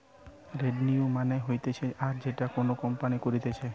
revenue মানে হতিছে আয় যেটা কোনো কোম্পানি করতিছে